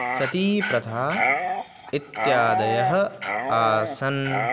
सतीप्रथा इत्यादयः आसन्